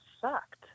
sucked